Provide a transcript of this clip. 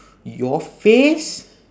your face